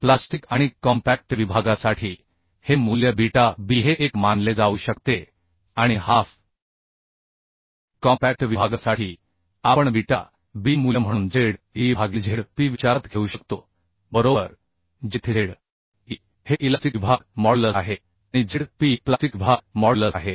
plastic आणि compact विभागासाठी हे मूल्य बीटा b हे 1 मानले जाऊ शकते आणि हाफ कॉम्पॅक्ट विभागासाठी आपण बीटा b मूल्य म्हणून Z e भागिले Z p विचारात घेऊ शकतो बरोबर जेथे Z e हे इलास्टिक विभाग मॉड्यूलस आहे आणि Z p हे प्लास्टिक विभाग मॉड्यूलस आहे